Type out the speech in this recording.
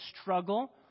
struggle